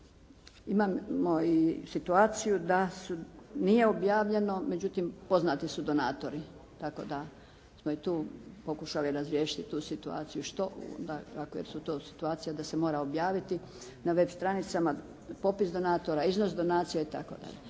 imamo i situaciju da nije objavljeno, međutim poznati su donatori tako da smo i tu pokušali razriješiti tu situaciju, što jer su to situacije da se mora objaviti na web stranicama popis donatora, iznos donacija i tako dalje.